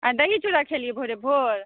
आइ दही चुड़ा खेलियै भोरे भोर